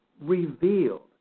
revealed